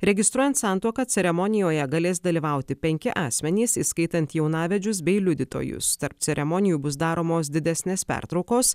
registruojant santuoką ceremonijoje galės dalyvauti penki asmenys įskaitant jaunavedžius bei liudytojus tarp ceremonijų bus daromos didesnės pertraukos